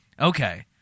Okay